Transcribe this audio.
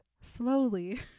slowly